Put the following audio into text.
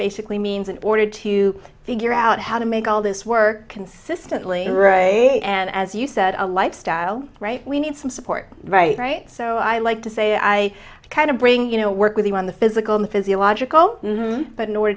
basically means in order to figure out how to make all this work consistently and as you said a lifestyle we need some support right right so i like to say i kind of bring you know work with you on the physical physiological but in order